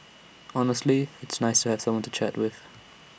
honestly it's nice to have someone to chat with